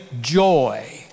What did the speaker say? joy